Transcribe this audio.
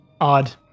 odd